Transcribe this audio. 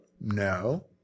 No